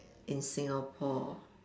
in Singapore